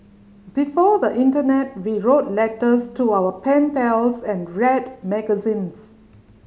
before the internet we wrote letters to our pen pals and read magazines